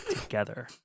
together